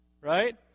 right